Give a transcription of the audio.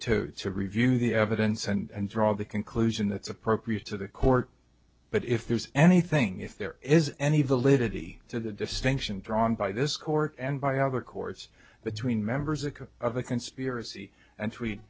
you to review the evidence and draw the conclusion that's appropriate to the court but if there's anything if there is any validity to the distinction drawn by this court and by other courts between members of a of a conspiracy and